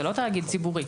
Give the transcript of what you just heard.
זה לא תאגיד ציבורי.